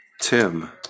Tim